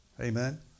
Amen